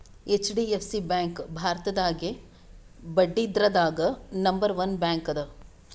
HDFC bank ಭಾರತದಾಗೇ ಬಡ್ಡಿದ್ರದಾಗ್ number one bank ಅದ